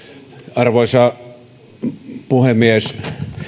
arvoisa puhemies